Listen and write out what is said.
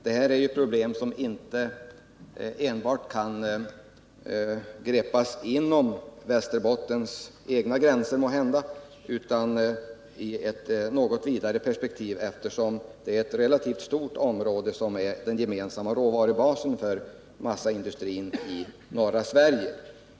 Det rör sig här om problem som måhända inte kan greppas inom Västerbottens egna gränser utan som måste ses i ett något vidare perspektiv, eftersom det är ett relativt stort område som utgör den gemensamma råvarubasen för massaindustrin i norra Sverige.